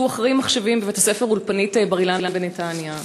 שהוא אחראי מחשבים בבית-הספר "אולפנית בר-אילן" בנתניה,